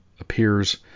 appears